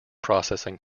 processing